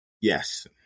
Yes